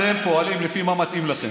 אתם פועלים לפי מה שמתאים לכם.